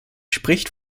spricht